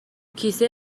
کیسه